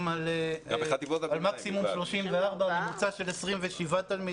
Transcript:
על מקסימום 34 תלמידים ועם ממוצע של 27 תלמידים.